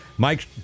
Mike